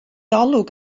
olwg